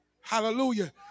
Hallelujah